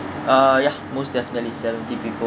uh ya most definitely seventy people